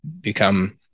become